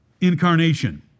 incarnation